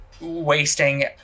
wasting